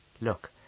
Look